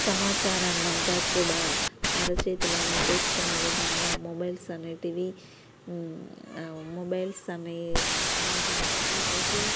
సమాచారాన్ని అంతా కూడా అరచేతిలోనే చూసుకునే విధంగా మొబైల్స్ అనేటివి మొబైల్స్ అనే వాటిని ఈరోజు